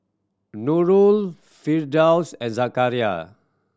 Nurul Firdaus and Zakaria